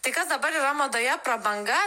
tai kas dabar yra madoje prabanga